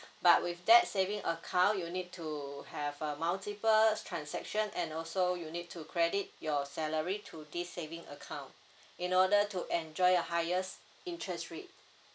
but with that saving account you need to have a multiple transaction and also you need to credit your salary to this saving account in order to enjoy your highest interest trip